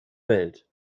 welt